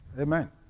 Amen